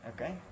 Okay